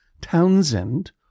Townsend